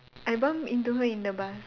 I bumped into her in the bus